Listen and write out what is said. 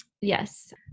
Yes